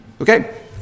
Okay